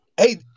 hey